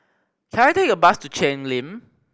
can I take a bus to Cheng Lim